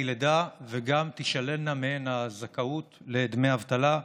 לידה וגם תישללנה מהן הזכאות לדמי אבטלה,